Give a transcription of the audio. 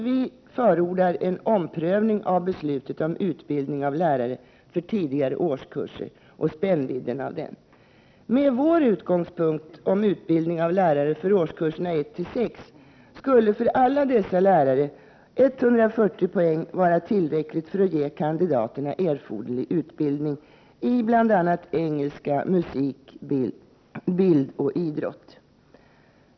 Vi förordar en omprövning av beslutet om utbildning av lärare för tidigare årskurser och spännvidden av densamma. Med vår utgångspunkt för utbildning av lärare för årskurserna 1-6 skulle för alla dessa lärare 140 poäng vara tillräckligt för att ge kandidaterna erforderlig utbildning i bl.a. engelska, musik, bild och idrott.